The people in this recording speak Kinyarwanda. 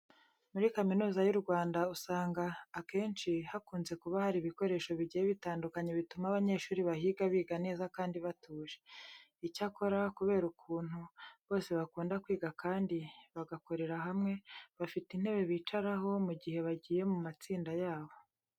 Muri Kaminuza y'u Rwanda usanga akenshi hakunze kuba hari ibikoresho bigiye bitandukanye bituma abanyeshuri bahiga biga neza kandi batuje. Icyakora kubera ukuntu bose bakunda kwiga kandi bagakorera hamwe, bafite intebe bicaraho mu gihe bagiye mu matsinda yabo.